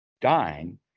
Dying